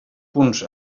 punts